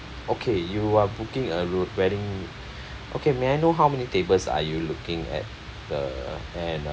okay you are booking a ro~ wedding okay may how many tables are you looking at the and uh